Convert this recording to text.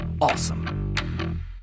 awesome